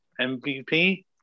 MVP